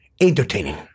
entertaining